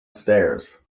stairs